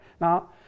Now